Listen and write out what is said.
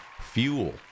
fuel